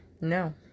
No